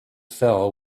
fell